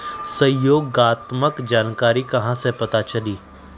सहयोगात्मक जानकारी कहा से पता चली?